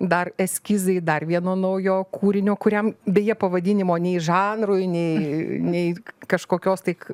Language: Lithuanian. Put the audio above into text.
dar eskizai dar vieno naujo kūrinio kuriam beje pavadinimo nei žanrui nei nei kažkokios tai k